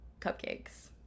cupcakes